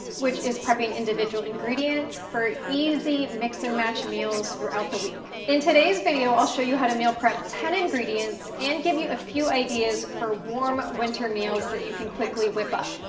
which is prepping individual ingredients for easy mix and match meals throughout the week. in today's video i'll show you how to meal prep ten ingredients and give you a few ideas for warm winter meals that you can quickly whip up.